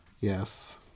Yes